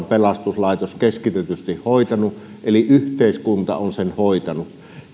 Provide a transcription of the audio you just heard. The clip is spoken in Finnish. pelastuslaitos keskitetysti hoitanut eli yhteiskunta on sen hoitanut ja